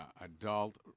adult